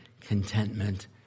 contentment